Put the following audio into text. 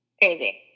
crazy